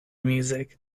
music